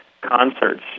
concerts